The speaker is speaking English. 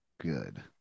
good